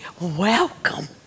welcome